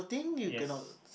yes